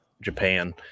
Japan